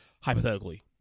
hypothetically